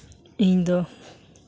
ᱤᱧ ᱫᱚ